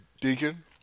Deacon